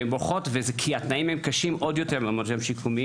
והן בורחות כי התנאים במעונות היום השיקומיים